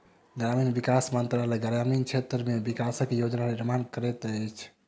ग्रामीण विकास मंत्रालय ग्रामीण क्षेत्र के विकासक योजना निर्माण करैत अछि